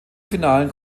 finalen